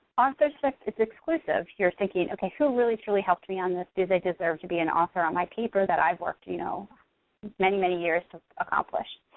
authorship is exclusive. you're thinking, okay, who really truly helped me on this, do they deserve to be an author on my paper that i worked you know many, many years to accomplish?